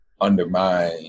undermine